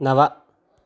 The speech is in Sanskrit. नव